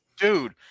Dude